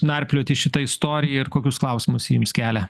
narplioti šitą istoriją ir kokius klausimus ji jums kelia